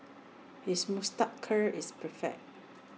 his moustache curl is perfect